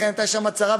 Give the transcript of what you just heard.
לכן הייתה שם הצהרה.